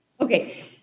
Okay